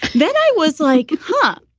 then it was like, huh?